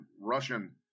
Russian